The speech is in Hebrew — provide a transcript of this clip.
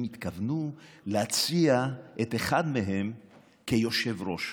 הם התכוונו להציע את אחד מהם כיושב-ראש.